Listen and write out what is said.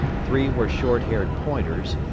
three were short-haired pointers,